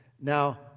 now